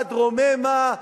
עד רוממה,